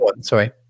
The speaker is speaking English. sorry